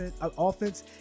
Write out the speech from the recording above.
offense